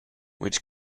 which